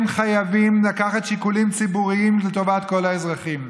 הם חייבים לשקול שיקולים ציבוריים לטובת כל האזרחים.